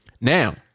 Now